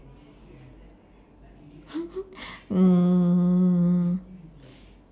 mm